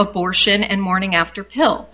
portion and morning after pill